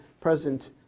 present